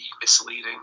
misleading